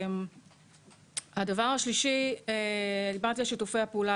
הדבר השלישי דיברתי על שיתופי הפעולה,